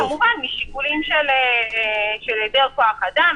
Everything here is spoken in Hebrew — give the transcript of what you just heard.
משיקולים של היעדר כוח אדם,